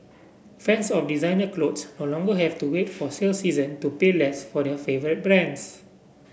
fans of designer clothes no longer have to wait for sale season to pay less for their favourite brands